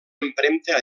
empremta